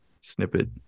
snippet